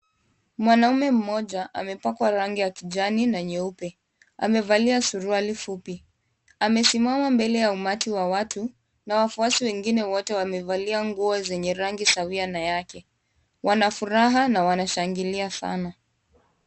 Mwanaume mmoja amepakwa rangi ya kijani na nyeupe ,amevalia suruali fupi. Amesimama mbele ya umati wa watu na wafuasi wengine wote wamevalia nguo zenye rangi sawia na yake. Wana furaha na wanashangilia sana.